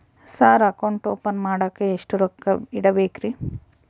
Sir account open ಮಾಡಾಕ ಎಷ್ಟು ರೊಕ್ಕ ಇಡಬೇಕ್ರಿ?